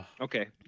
Okay